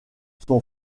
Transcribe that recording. son